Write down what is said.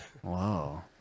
whoa